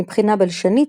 מבחינה בלשנית,